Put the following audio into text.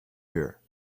here